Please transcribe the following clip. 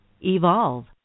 Evolve